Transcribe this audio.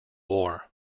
war